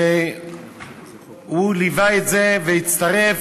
שליווה את זה והצטרף,